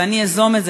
ואני אזום את זה,